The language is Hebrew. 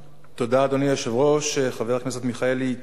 תודה, אדוני היושב-ראש, חבר הכנסת מיכאלי.